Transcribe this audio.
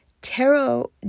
tarot